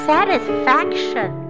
Satisfaction